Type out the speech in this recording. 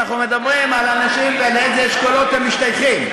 אנחנו מדברים על אנשים ולאיזה אשכולות הם משתייכים.